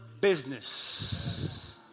business